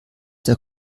der